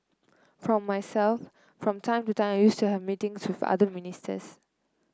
for myself from time to time I used to have meetings with other ministers